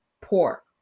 pork